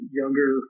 younger